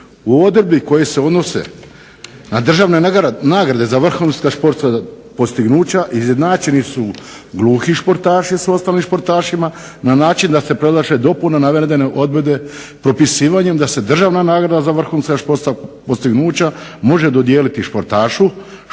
U odredbi koje se odnose na državne nagrade za vrhunska športska postignuća izjednačeni su gluhi športaši s ostalim športašima na način da se …/Ne razumije se./… dopuna navedene odredbe propisivanjem da se državna nagrada za vrhunska športska postignuća može dodijeliti športašu, športskoj